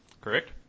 correct